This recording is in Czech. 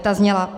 Ta zněla: